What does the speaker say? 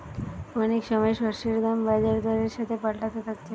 অনেক সময় শস্যের দাম বাজার দরের সাথে পাল্টাতে থাকছে